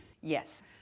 Yes